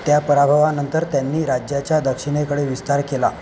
त्या पराभवानंतर त्यांनी राज्याच्या दक्षिणेकडे विस्तार केला